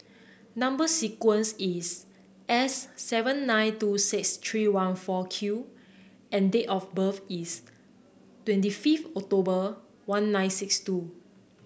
number sequence is S seven nine two six three one four Q and date of birth is twenty fifth October one nine six two